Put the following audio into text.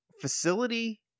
facility